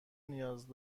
نیاز